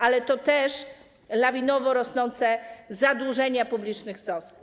Ale to też lawinowo rosnące zadłużenia publicznych ZOZ.